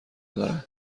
دارند